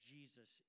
Jesus